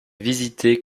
visiter